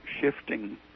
shifting